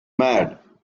mad